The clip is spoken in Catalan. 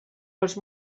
els